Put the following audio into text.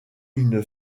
une